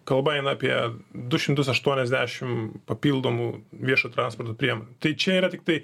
kalba eina apie du šimtus aštuoniasdešimt papildomų viešo transporto priemonių tai čia yra tiktai